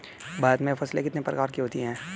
भारत में फसलें कितने प्रकार की होती हैं?